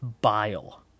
bile